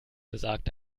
besagt